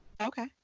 Okay